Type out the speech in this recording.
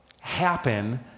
happen